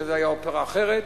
שזאת היתה אופרה אחרת,